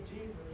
Jesus